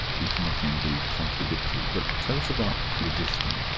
if not indeed contradictory. but tell us about phlogiston.